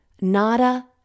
Nada